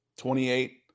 28